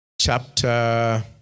chapter